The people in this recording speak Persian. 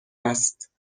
است